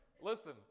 Listen